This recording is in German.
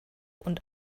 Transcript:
und